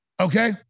okay